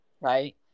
right